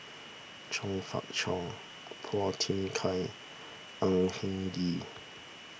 Chong Fah Cheong Phua Thin Kiay Au Hing Yee